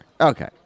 Okay